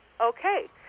Okay